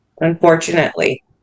unfortunately